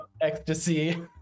ecstasy